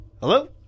Hello